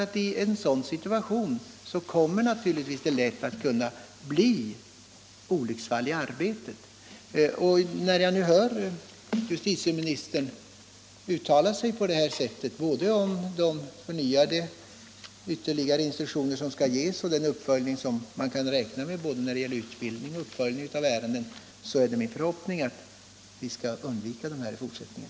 I en sådan situation blir det naturligtvis lätt olycksfall i arbetet. När justitieministern nu förklarar att ytterligare instruktioner skall ges och att det skall ske en uppföljning av ärendena är det min förhoppning att ingripanden av berörda slag skall kunna undvikas i fortsättningen.